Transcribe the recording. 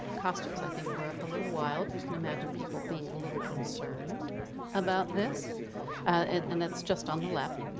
costumes i think were a little wild, you can imagine people being a little concerned about this and it's just on the left.